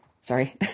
Sorry